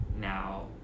now